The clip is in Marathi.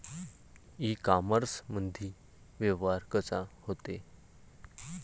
इ कामर्समंदी व्यवहार कसा होते?